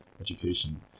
education